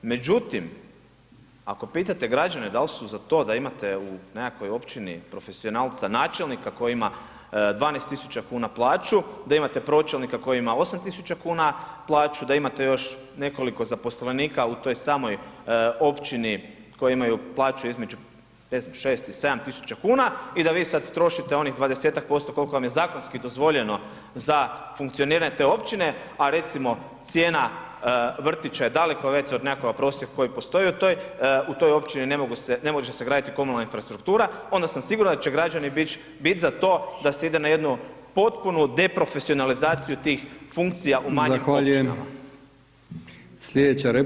Međutim, ako pitate građane da li su za to da imate u nekakvoj općini profesionalca načelnika koji ima 12.000 kuna plaću, da imate pročelnika koji ima 8.000 kuna plaću, da imate još nekoliko zaposlenika u toj samoj općini koji imaju plaću između ne znam 6 i 7.000 kuna i da vi sad trošite onih 20% koliko vam zakonski dozvoljeno za funkcioniranje te općine, a recimo cijena vrtića je daleko veća od nekakvog prosjeka koji postoji u toj općini, ne može se graditi komunalna infrastruktura, onda sam siguran da će građani biti za to da se ide na jednu potpunu deprofesionalizaciju tih funkcija [[Upadica: Zahvaljujem.]] u manjim općinama.